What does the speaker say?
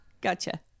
gotcha